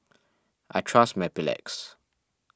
I trust Mepilex